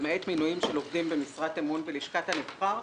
למעט מינויים של עובדים במשרת אמון בלשכת הנבחר.